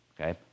Okay